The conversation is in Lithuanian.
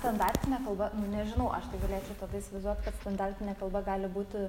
standartinė kalba nu nežinau aš tai galėčiau tada įsivaizduot kad standartinė kalba gali būti